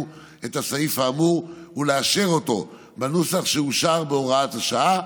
את הסעיף האמור ולאשר אותו בנוסח שאושר בהוראת השעה.